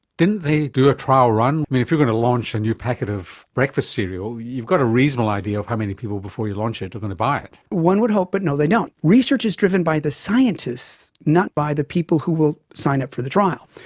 didn't they do a trial run? i mean, if you're going to launch a new packet of breakfast cereal you've got a reasonable idea of how many people before you launch it are going to buy it. one would hope, but no they don't. research is driven by the scientists, not by the people who will sign up for the trial.